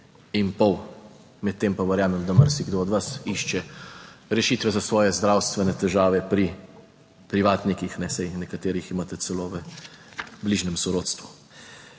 in pol, medtem pa verjamem, da marsikdo od vas išče rešitve za svoje zdravstvene težave pri privatnikih, saj nekateri jih imate celo v bližnjem sorodstvu.